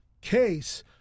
case